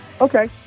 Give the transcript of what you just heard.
Okay